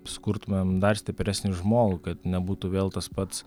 sukurtumėm dar stipresnį žmogų kad nebūtų vėl tas pats